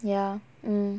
ya mm